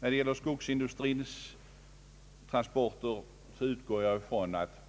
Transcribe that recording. När det gäller skogsindustrins transporter utgår jag ifrån att